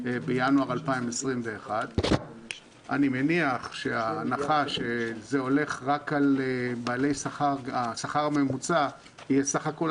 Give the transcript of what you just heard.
בינואר 2021. השכר הממוצע יהיה סך הכול